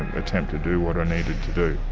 attempt to do what i needed to do.